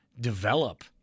develop